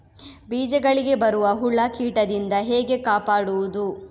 ಬೀಜಗಳಿಗೆ ಬರುವ ಹುಳ, ಕೀಟದಿಂದ ಹೇಗೆ ಕಾಪಾಡುವುದು?